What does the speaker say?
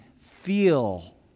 feel